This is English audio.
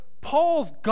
Paul's